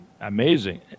amazing